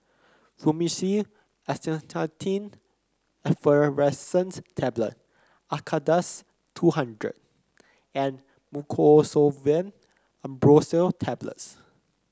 Fluimucil Acetylcysteine Effervescent Tablets Acardust two hundred and Mucosolvan AmbroxoL Tablets